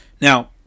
Now